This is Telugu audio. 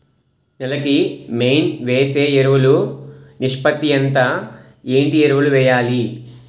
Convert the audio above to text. నేల కి మెయిన్ వేసే ఎరువులు నిష్పత్తి ఎంత? ఏంటి ఎరువుల వేయాలి?